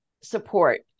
support